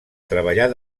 treballar